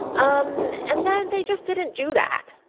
um and then they just didn't do that.